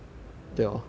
mm